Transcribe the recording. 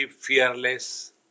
fearless